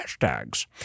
hashtags